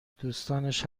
دوستانش